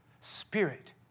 Spirit